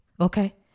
okay